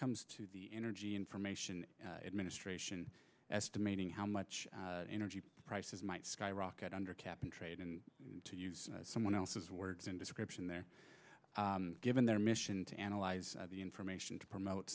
comes to the energy information administration estimating how much energy prices might skyrocket under cap and trade and to use someone else's words in description there given their mission to analyze the information to promote